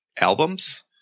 albums